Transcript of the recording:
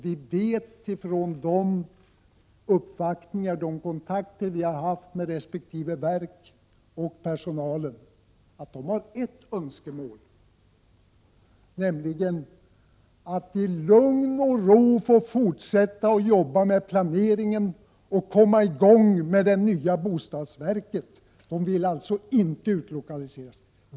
Vi vet från de uppvaktningar och andra kontakter vi har haft med resp. verk och personal att de har ett önskemål, nämligen att i lugn och ro få fortsätta och jobba med planeringen och komma i gång med det nya bostadsverket. Man vill alltså inte bli utlokaliserad.